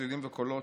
צלילים וקולות,